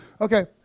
okay